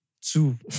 Two